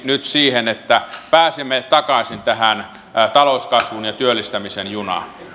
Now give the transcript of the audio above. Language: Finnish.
nyt siihen että pääsemme takaisin tähän talouskasvun ja työllistämisen junaan